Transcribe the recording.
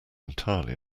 entirely